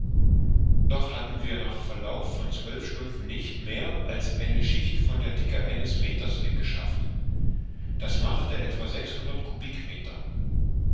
doch hatten wir nach verlauf von zwölf stunden nicht mehr als eine schicht von der dicke eines meters weggeschafft das machte etwa